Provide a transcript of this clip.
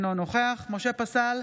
אינו נוכח משה פסל,